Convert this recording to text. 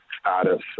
status